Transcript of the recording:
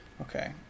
Okay